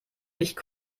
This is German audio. nicht